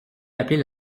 appeler